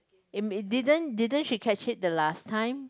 it didn't didn't she catch it the last time